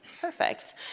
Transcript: perfect